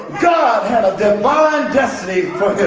god had a divine destiny